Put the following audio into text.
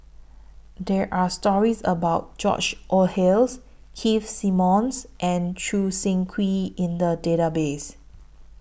There Are stories about George Oehlers Keith Simmons and Choo Seng Quee in The Database